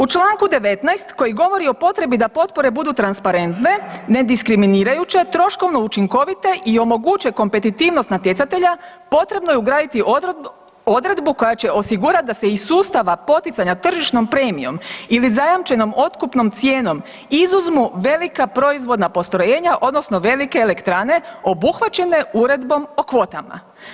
U Članku 19. koji govori o potrebi da potpore budu transparentne, ne diskriminirajuće, troškovno učinkovite i omoguće kompetitivnost natjecatelja potrebno je ugraditi odredbu koja će osigurati da se iz sustava poticanja tržišnom premijom ili zajamčenom otkupnom cijenom izuzmu velika proizvodna postrojenja odnosno velike elektrane obuhvaćene uredbom o kvotama.